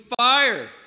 fire